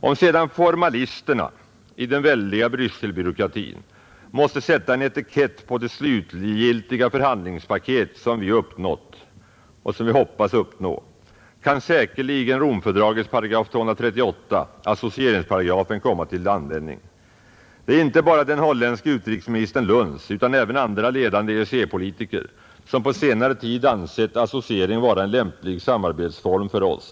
Om sedan formalisterna i den väldiga Brysselbyråkratin måste sätta en etikett på det slutgiltiga förhandlingspaket som vi hoppas uppnå, kan säkerligen Romfördragets § 238, associeringsparagrafen, komma till användning. Det är icke bara den holländske utrikesministern Luns utan även andra ledande EEC-politiker som på senare tid ansett associering vara en lämplig samarbetsform för oss.